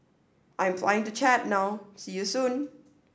I'm flying to Chad now see you soon